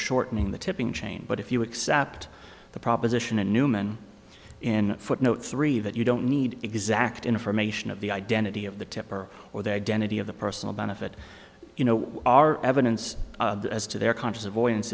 shortening the tipping chain but if you accept the proposition a neumann in footnote three that you don't need exact information of the identity of the tipper or the identity of the personal benefit you know our evidence as to their conscious